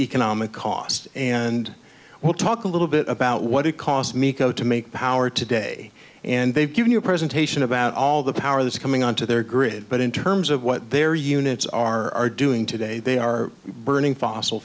economic cost and we'll talk a little bit about what it cost me co to make power today and they've given you a presentation about all the power that's coming on to their grid but in terms of what their units are doing today they are burning fossil